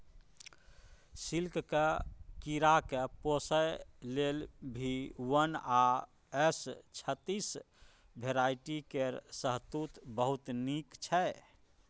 सिल्कक कीराकेँ पोसय लेल भी वन आ एस छत्तीस भेराइटी केर शहतुत बहुत नीक छै